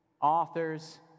authors